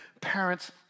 parents